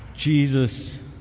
Jesus